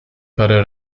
parę